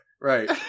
Right